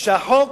שהחוק